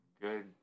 good